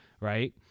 Right